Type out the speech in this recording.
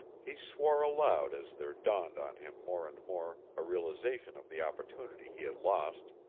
he swore aloud as there dawned on him more and more a realization of the opportunity he had lost.